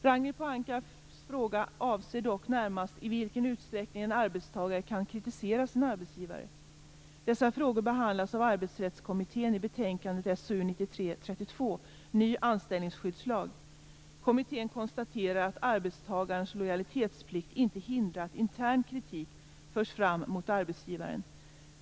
Ragnhild Pohankas fråga avser dock närmast i vilken utsträckning en arbetstagare kan kritisera sin arbetsgivare. Dessa frågor behandlas av Arbetsrättskommittén i betänkandet SOU 1993:32 Ny anställningsskyddslag. Kommittén konstaterar att arbetstagarens lojalitetsplikt inte hindrar att intern kritik förs fram mot arbetsgivaren.